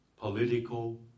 political